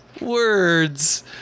words